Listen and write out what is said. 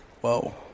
whoa